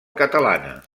catalana